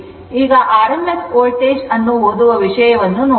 ಈಗ IRMS ಅನ್ನು ಓದುವ ವಿಷಯವನ್ನು ನೋಡೋಣ